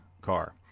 car